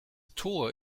tor